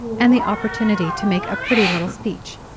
and the opportunity to make a pretty little speech.